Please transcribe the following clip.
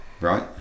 Right